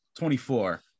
24